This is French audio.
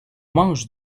mangue